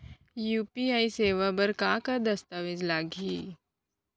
UPI सेवा बर का का दस्तावेज लागही?